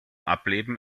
ableben